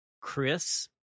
Chris